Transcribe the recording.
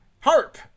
Harp